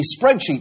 spreadsheet